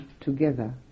together